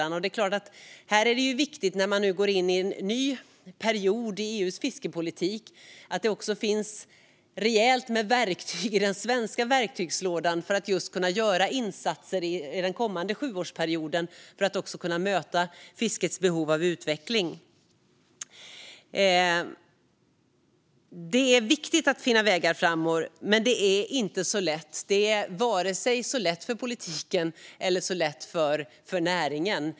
När man nu går in i en ny period i EU:s fiskepolitik är det viktigt att det finns rejält med verktyg också i den svenska verktygslådan för att kunna göra insatser under den kommande sjuårsperioden för att kunna möta fiskets behov av utveckling. Det är viktigt att finna vägar framåt, men det är inte så lätt. Det är inte så lätt för vare sig politiken eller näringen.